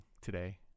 Today